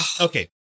Okay